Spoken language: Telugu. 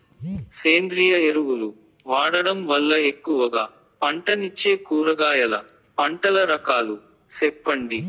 సేంద్రియ ఎరువులు వాడడం వల్ల ఎక్కువగా పంటనిచ్చే కూరగాయల పంటల రకాలు సెప్పండి?